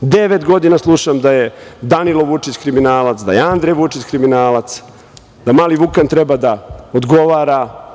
Devet godina slušam da je Danilo Vučić kriminalac, da je Andrej Vučić kriminalac, da mali Vukan treba da odgovara,